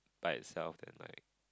by itself and like